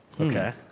Okay